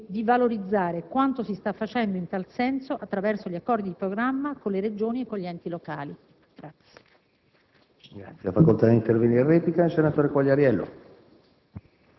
e di valorizzare quanto si sta facendo in tal senso, attraverso gli accordi di programma con le Regioni e con gli enti locali.